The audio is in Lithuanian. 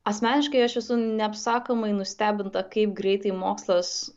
asmeniškai aš esu neapsakomai nustebinta kaip greitai mokslas